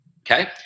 okay